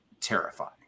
terrifying